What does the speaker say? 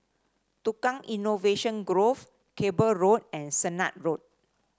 Tukang Innovation Grove Cable Road and Sennett Road